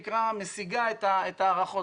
משיגה את ההערכות.